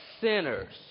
Sinners